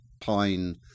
pine